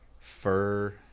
fur